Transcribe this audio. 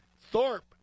Thorpe